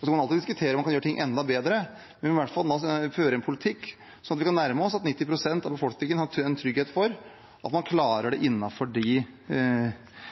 Så kan man alltid diskutere om man kan gjøre ting enda bedre, men man må i hvert fall føre en politikk som gjør at vi kan nærme oss målet om at 90 pst. av befolkningen har trygghet for at man blir nådd innenfor de målsettingene som ble satt for 20 år siden, om 12 minutter og 25 minutter. Det